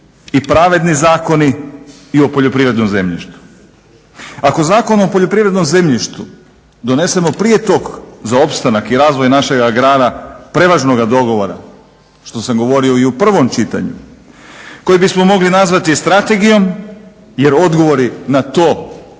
i pravedni zakoni i o poljoprivrednom zemljištu. Ako zakon o poljoprivrednom zemljištu donesemo prije tog za opstanak i razvoj našeg grada prevažnoga dogovora što sam govorio i o prvom čitanju koji bismo mogli nazvati strategijom jer odgovori na to